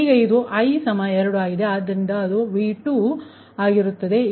ಆದ್ದರಿಂದ ಅದು V2ಆಗಿರುತ್ತದೆ